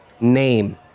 name